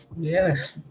Yes